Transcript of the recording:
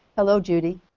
hello, judy.